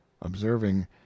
observing